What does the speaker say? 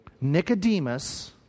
Nicodemus